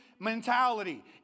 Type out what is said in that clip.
Mentality